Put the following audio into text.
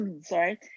sorry